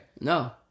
No